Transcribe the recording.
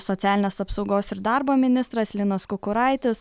socialinės apsaugos ir darbo ministras linas kukuraitis